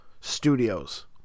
Studios